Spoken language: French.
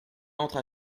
entre